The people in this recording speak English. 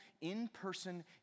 in-person